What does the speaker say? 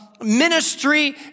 Ministry